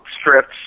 strips